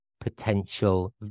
potential